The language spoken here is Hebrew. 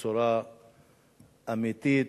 בצורה אמיתית,